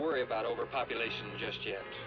worry about overpopulation just let